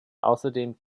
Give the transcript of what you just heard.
außerdem